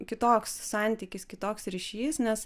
kitoks santykis kitoks ryšys nes